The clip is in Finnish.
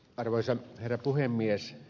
arvoisa herra puhemies